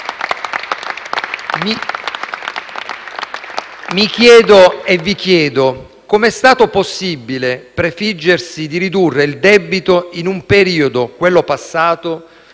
Mi chiedo e vi chiedo come è stato possibile prefiggersi di ridurre il debito in un periodo - quello passato